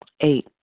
Eight